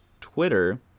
twitter